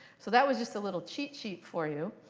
so that was just a little cheat sheet for you.